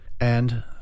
And